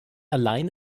allein